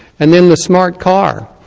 and then, the smart car.